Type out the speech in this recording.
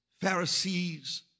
Pharisees